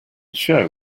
show